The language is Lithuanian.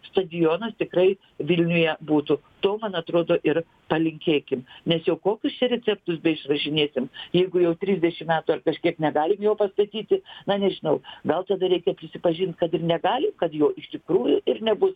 stadionas tikrai vilniuje būtų to man atrodo ir palinkėkim nes jau kokius čia receptus beišrašinėsim jeigu jau trisdešim metų ar kažkiek negalim jo pastatyti na nežinau gal tada reikia prisipažint kad ir negalim kad jo iš tikrųjų ir nebus